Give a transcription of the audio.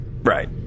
Right